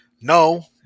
No